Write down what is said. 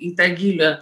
į tą gylę